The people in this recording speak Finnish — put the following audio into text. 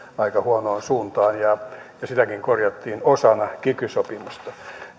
aika huonoon suuntaan ja ja sitäkin korjattiin osana kiky sopimusta